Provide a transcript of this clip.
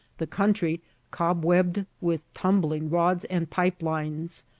the country cobwebbed with tumbling-rods and pipe lines,